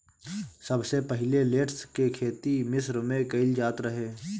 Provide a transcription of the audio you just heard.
सबसे पहिले लेट्स के खेती मिश्र में कईल जात रहे